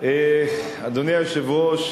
אדוני היושב-ראש,